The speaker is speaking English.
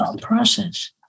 process